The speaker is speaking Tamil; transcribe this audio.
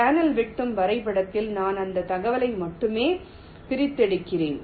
சேனல் வெட்டும் வரைபடத்தில் நான் அந்த தகவலை மட்டுமே பிரித்தெடுக்கிறேன்